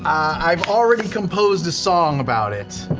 i've already composed a song about it.